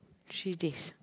three days